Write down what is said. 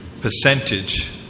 percentage